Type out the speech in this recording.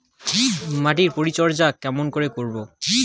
মাটির পরিচর্যা কেমন করে করব?